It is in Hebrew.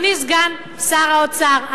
שמענו, חברת הכנסת.